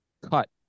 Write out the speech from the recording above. cut